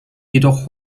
jedoch